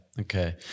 Okay